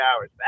hours